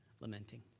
lamenting